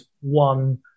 one